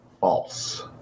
false